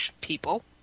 people